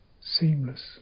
seamless